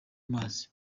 mazi